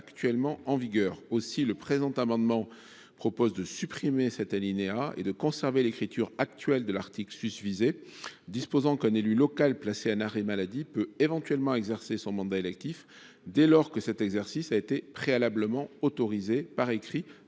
collègue Alexandra Borchio Fontimp propose de supprimer cet alinéa et de conserver la rédaction actuelle de l’article susvisé, disposant qu’un élu local placé en arrêt maladie peut éventuellement exercer son mandat électif dès lors que cet exercice a été préalablement autorisé, par écrit, par